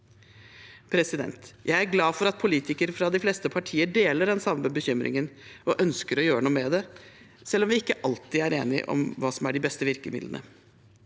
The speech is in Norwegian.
lommebok Jeg er glad for at politikere fra de fleste partier deler den samme bekymringen og ønsker å gjøre noe med det, selv om vi ikke alltid er enige om hva som er de beste virkemidlene.